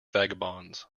vagabonds